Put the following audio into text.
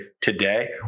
today